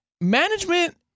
Management